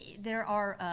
there are,